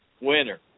winner